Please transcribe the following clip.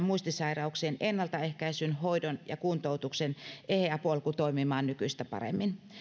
muistisairauksien ennaltaehkäisyn hoidon ja kuntoutuksen eheä polku toimimaan nykyistä paremmin